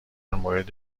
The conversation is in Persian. مورد